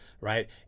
right